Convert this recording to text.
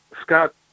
Scott